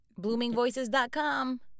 Bloomingvoices.com